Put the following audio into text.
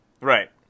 Right